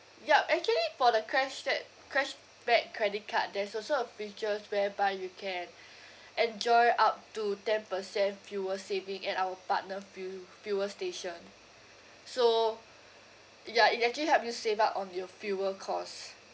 yup actually for the cashback cashback credit card there's also a features whereby you can enjoy up to ten percent fuel saving at our partner fu~ fuel station so ya it actually help you save up on your fuel cost